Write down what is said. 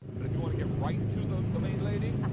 but if you want to get right to the the main lady,